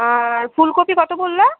আর ফুলকপি কত বললে